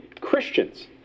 Christians